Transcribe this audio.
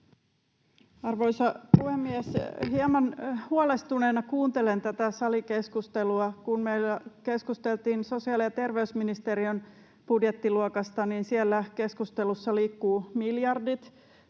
Arvoisa puhemies! Hieman huolestuneena kuuntelen tätä salikeskustelua. Kun meillä keskusteltiin sosiaali- ja terveysministeriön budjettiluokasta, niin siellä keskustelussa liikkuvat miljardit,